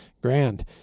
Grand